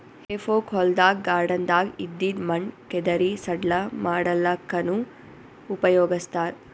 ಹೆಫೋಕ್ ಹೊಲ್ದಾಗ್ ಗಾರ್ಡನ್ದಾಗ್ ಇದ್ದಿದ್ ಮಣ್ಣ್ ಕೆದರಿ ಸಡ್ಲ ಮಾಡಲ್ಲಕ್ಕನೂ ಉಪಯೊಗಸ್ತಾರ್